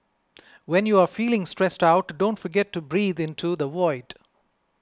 when you are feeling stressed out don't forget to breathe into the void